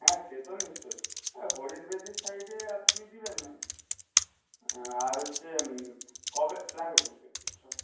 হ্যাঁ সে তো নিশ্চয়ই হরির বেদির সাইডে আপনি দেবেন না আর হচ্ছে কবে লাগবে